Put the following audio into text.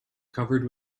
covered